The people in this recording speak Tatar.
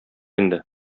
инде